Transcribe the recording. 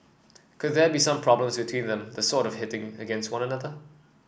could there be some problems between them the sort of hitting against one another